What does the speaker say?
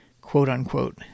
quote-unquote